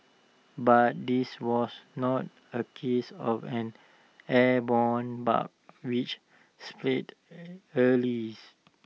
but this was not A case of an airborne bug which spreads early